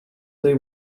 they